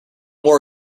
war